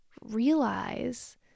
realize